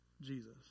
Jesus